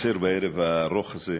נקצר בערב הארוך הזה.